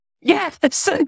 Yes